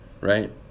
right